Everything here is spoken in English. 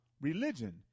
religion